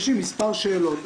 יש לי כמה שאלות.